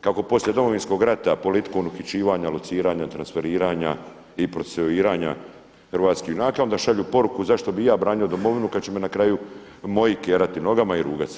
kako poslije Domovinskog rata politikom uhićivanja, lociranja, transferiranja i procesuiranja hrvatskih junaka onda šalju poruku zašto bi i ja branio domovinu kada će me na kraju moji kerati nogama i rugat se.